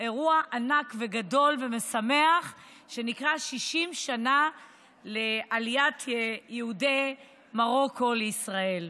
אירוע ענק וגדול ומשמח שנקרא "60 שנים לעליית יהודי מרוקו לישראל".